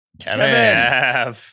Kevin